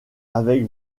avec